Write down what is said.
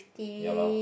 ya lor